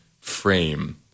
frame